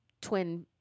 twin